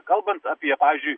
kalbant apie pavyzdžiui